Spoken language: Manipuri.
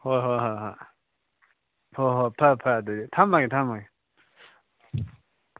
ꯍꯣꯏ ꯍꯣꯏ ꯍꯣꯏ ꯍꯣꯏ ꯍꯣꯏ ꯍꯣꯏ ꯐꯔꯦ ꯐꯔꯦ ꯑꯗꯨꯗꯤ ꯊꯝꯃꯒꯦ ꯊꯝꯃꯒꯦ